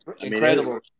Incredible